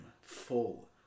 full